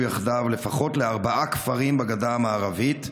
יחדיו לפחות לארבעה כפרים בגדה המערבית,